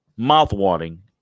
Mouth-watering